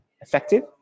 effective